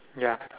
ya